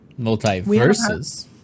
multiverses